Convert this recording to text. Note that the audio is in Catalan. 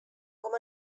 com